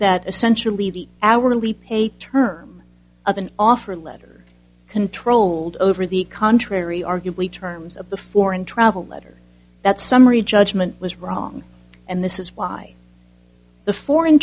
that essentially the hourly pay terms of an offer letter controlled over the contrary arguably terms of the foreign travel letter that summary judgment was wrong and this is why the foreign